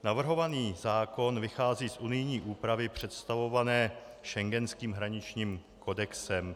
Navrhovaný zákon vychází z unijní úpravy představované schengenským hraničním kodexem.